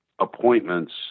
appointments